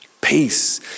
peace